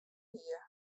hie